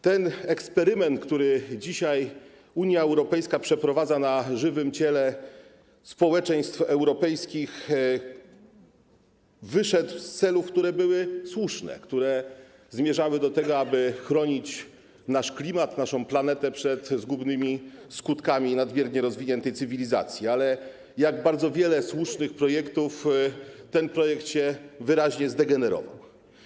Ten eksperyment, który dzisiaj Unia Europejska przeprowadza na żywym ciele społeczeństw europejskich, wyszedł z celów, które były słuszne, które zmierzały do tego, aby chronić nasz klimat, naszą planetę przed zgubnymi skutkami nadmiernie rozwiniętej cywilizacji, ale jak bardzo wiele słusznych projektów ten projekt się wyraźnie zdegenerował.